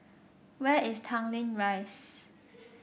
where is Tanglin Rise